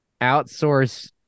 outsource